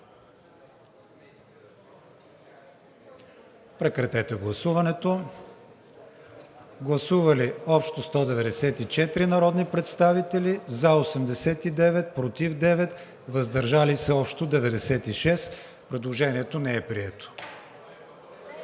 КРИСТИАН ВИГЕНИН: Гласували общо 194 народни представители: за 89, против 9, въздържали се общо 96. Предложението не е прието.